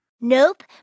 Nope